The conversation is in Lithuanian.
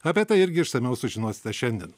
apie tai irgi išsamiau sužinosite šiandien